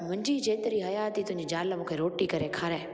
मुंहिंजी जेतिरी हयाती तुंहिंजी ज़ाल मूंखे रोटी करे खाराए